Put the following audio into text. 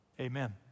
Amen